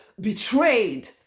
betrayed